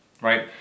right